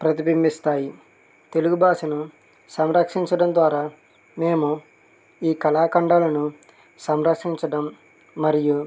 ప్రతిబింబిస్తాయి తెలుగు భాషను సంరక్షించడం ద్వారా మేము ఈ కళాఖండాలను సంరక్షించడం మరియు